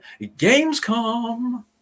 Gamescom